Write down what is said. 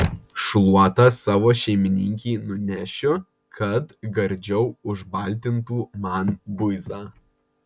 šluotą savo šeimininkei nunešiu kad gardžiau užbaltintų man buizą